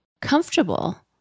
comfortable